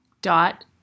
dot